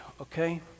okay